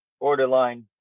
borderline